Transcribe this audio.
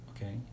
Okay